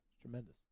Tremendous